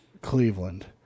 Cleveland